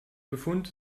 befund